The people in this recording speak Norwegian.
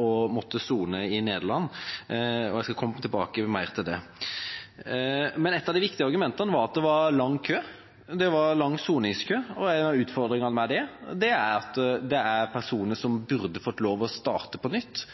å måtte sone i Nederland, og jeg skal komme tilbake til det. Et av de viktige argumentene var at det var lang kø. Det var lang soningskø, og en av utfordringene med det er at det er personer som burde fått lov til å starte på nytt.